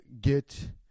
get